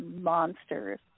monsters